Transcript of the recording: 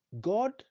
God